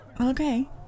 Okay